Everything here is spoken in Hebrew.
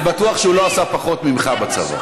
אני בטוח שהוא לא עשה פחות ממך בצבא.